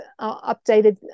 updated